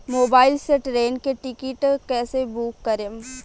Mobile से train के ticket कैसे बूक करेम?